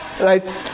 Right